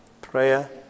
Prayer